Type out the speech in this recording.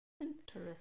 interesting